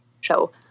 show